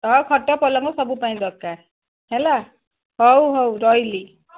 ଖଟ ପଲଙ୍ଗ ସବୁ ପାଇଁ ଦରକାର ହେଲା ହଉ ହଉ ରହିଲି